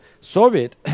Soviet